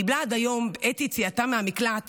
קיבלה עד היום בעת יציאתה מהמקלט